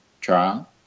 trial